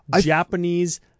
Japanese